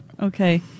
Okay